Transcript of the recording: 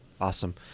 Awesome